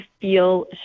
feel